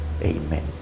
Amen